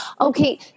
Okay